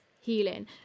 healing